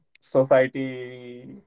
society